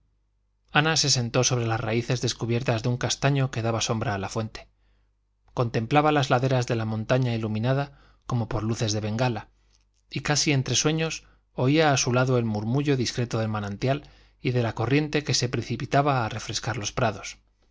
ana se sentó sobre las raíces descubiertas de un castaño que daba sombra a la fuente contemplaba las laderas de la montaña iluminada como por luces de bengala y casi entre sueños oía a su lado el murmullo discreto del manantial y de la corriente que se precipitaba a refrescar los prados